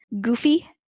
goofy